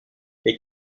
les